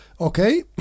Okay